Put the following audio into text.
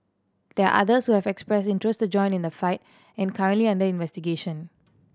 there are others who have expressed interest to join in the fight and are currently under investigation